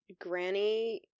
Granny